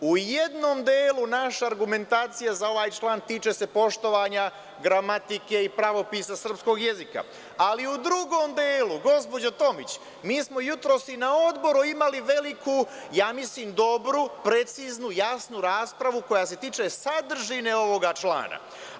U jednom delu naše argumentacije za ovaj član tiče se poštovanja gramatike i pravopisa srpskog jezika, ali u drugom delu, gospođo Tomić, mi smo jutros i na Odboru imali veliku, mislim, dobru, preciznu, jasnu raspravu koja se tiče sadržine ovoga člana.